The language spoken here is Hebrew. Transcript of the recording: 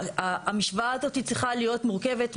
המשוואה הזאת צריכה להיות מורכבת משני,